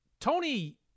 Tony